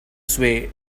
sway